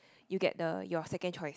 you get the your second choice